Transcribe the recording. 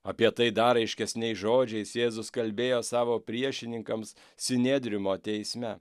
apie tai dar aiškesniais žodžiais jėzus kalbėjo savo priešininkams sinedrimo teisme